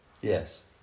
Yes